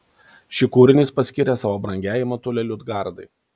šį kūrinį jis paskyrė savo brangiajai motulei liudgardai